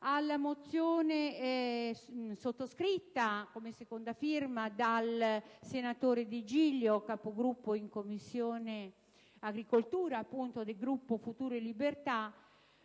alla mozione sottoscritta, quale secondo firmatario, dal senatore Digilio, capogruppo in Commissione agricoltura del Gruppo Futuro e Libertà,